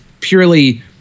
purely